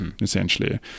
essentially